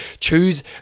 choose –